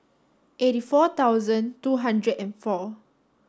eighty four thousand two hundred and four